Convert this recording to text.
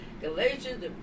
Galatians